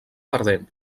perdent